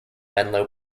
menlo